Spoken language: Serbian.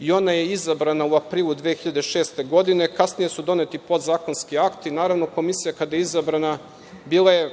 i ona je izabrana u aprilu 2006. godine. Kasnije su doneti podzakonski akti. Naravno, Komisija kada je izabrana bila je,